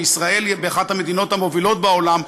וישראל היא אחת המדינות המובילות בעולם,